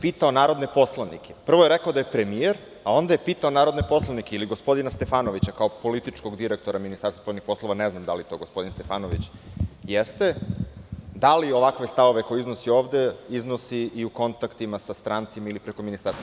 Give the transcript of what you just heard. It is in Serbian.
Prvo je rekao da je premijer, a onda je pitao narodne poslanike ili gospodina Stefanovića, kao političkog direktora Ministarstva spoljnih poslova, ne znam da li to gospodin Stefanović jeste, da li ovakve stavove koje iznosi ovde iznosi i u kontaktima sa strancima ili preko ministarstva?